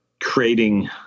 creating